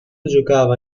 giocava